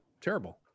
terrible